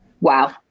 wow